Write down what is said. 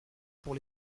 pour